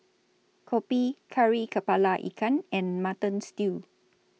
Kopi Kari Kepala Ikan and Mutton Stew